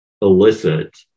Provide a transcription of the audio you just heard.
elicit